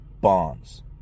bonds